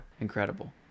Incredible